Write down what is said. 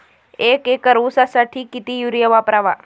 एक एकर ऊसासाठी किती युरिया वापरावा?